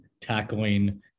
tackling